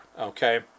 okay